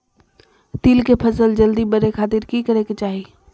तिल के फसल जल्दी बड़े खातिर की करे के चाही?